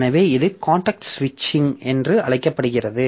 எனவே இது காண்டெக்ஸ்ட் சுவிட்ச் என்று அழைக்கப்படுகிறது